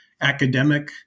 academic